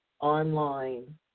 online